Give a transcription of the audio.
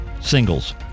singles